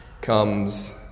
comes